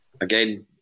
again